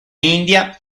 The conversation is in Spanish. india